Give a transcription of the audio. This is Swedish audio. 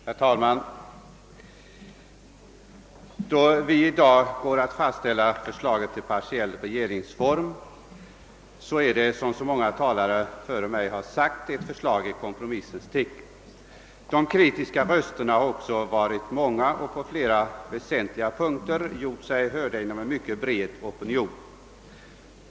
Herr talman! Vi går i dag att fastställa förslaget till partiell regeringsform. Det är, som så många talare före mig har sagt, ett förslag i kompromissens tecken. Kritikerna har också varit många och på flera väsentliga punkter har de givit uttryck för uppfattningen hos en mycket bred opinion.